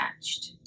attached